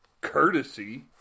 courtesy